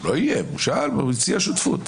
הוא לא איים, הוא שאל, הוא הציע שותפות.